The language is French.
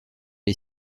est